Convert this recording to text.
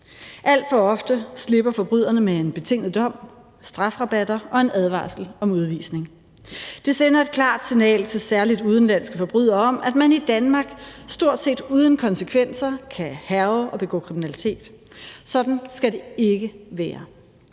Alt for ofte slipper forbryderne med en betinget dom, strafrabatter og en advarsel om udvisning. Det sender et klart signal til særlig udenlandske forbrydere om, at man i Danmark stort set uden konsekvenser kan hærge og begå kriminalitet. Sådan skal det ikke være.